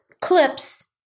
clips